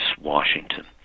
Washington